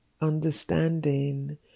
understanding